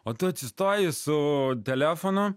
o tu atsistoji su telefono